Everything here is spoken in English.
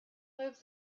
live